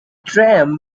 tram